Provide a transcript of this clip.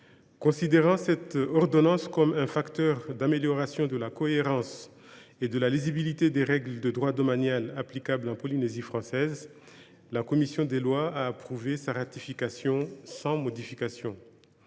Considérant cette ordonnance comme un facteur d’amélioration de la cohérence et de la lisibilité des règles de droit domanial applicables en Polynésie française, la commission des lois a approuvé sa ratification sans modification.